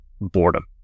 boredom